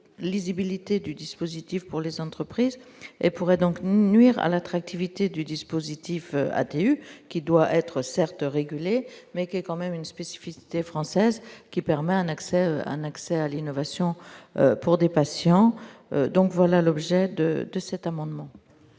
lisibilité du dispositif pour les entreprises et pourrait donc nuire à l'attractivité du dispositif attendu qui doit être certes réguler, mais qui est quand même une spécificité française qui permet un accès : un accès à l'innovation pour des patients donc, voilà l'objet de de cet amendement.